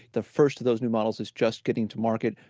the first of those new models is just getting to market.